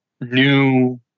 new